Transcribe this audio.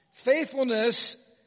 Faithfulness